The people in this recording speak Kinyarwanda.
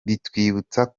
bitwibutsa